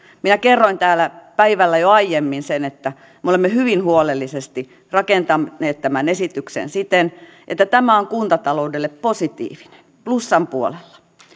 minä kerroin täällä päivällä jo aiemmin sen että me olemme hyvin huolellisesti rakentaneet tämän esityksen siten että tämä on kuntataloudelle positiivinen plussan puolella